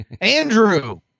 andrew